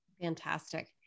Fantastic